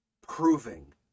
proving